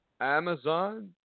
Amazon